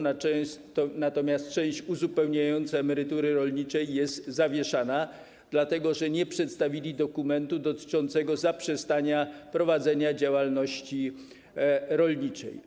Natomiast część uzupełniająca emerytury rolniczej jest zawieszana, dlatego że nie przedstawili dokumentu dotyczącego zaprzestania prowadzenia działalności rolniczej.